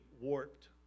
warped